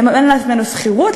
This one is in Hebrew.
לממן לעצמנו שכירות,